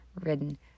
ridden